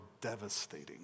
devastating